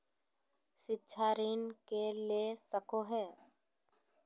शिक्षा ऋण के ले सको है?